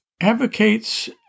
advocates